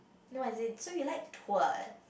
no as in so you like tours